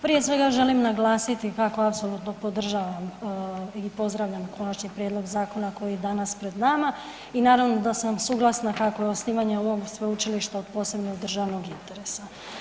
Prije svega, želim naglasiti kako apsolutno podržavam i pozdravljam konačni prijedlog zakona koji je danas pred nama i naravno da sam suglasna kako je osnivanje ovog Sveučilišta od posebnog državnog interesa.